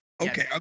Okay